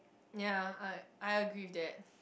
ya I I agree with that